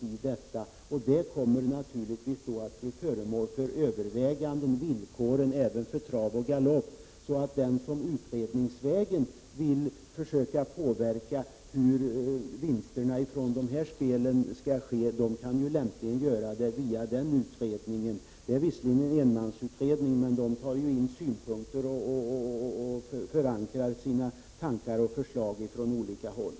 Villkoren för Trav och Galopp kommer då naturligtvis också att bli föremål för överväganden. Den som utredningsvägen vill försöka påverka hur vinsterna från dessa spel skall utformas kan lämpligen göra det via denna utredning. Det är visserligen en enmansutredning, men den tar ju ändå in synpunkter och förankrar sina tankar och förslag på olika håll.